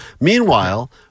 Meanwhile